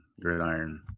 gridiron